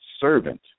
servant